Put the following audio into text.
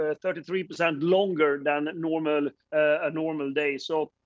ah thirty three percent longer than normal, a normal day. so,